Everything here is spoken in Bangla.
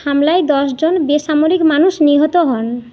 হামলায় দশজন বেসামরিক মানুষ নিহত হন